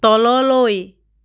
তললৈ